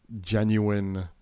genuine